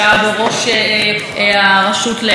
ביטוח וחיסכון,